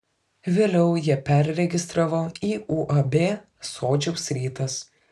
vėliau ją perregistravo į uab sodžiaus rytas